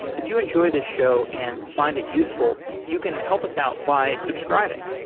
if you enjoy this show and find it useful, you can help us out by subscribing.